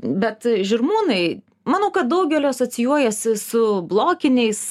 bet žirmūnai manau kad daugelio asocijuojasi su blokiniais